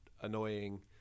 annoying